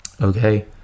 Okay